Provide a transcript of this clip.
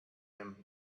him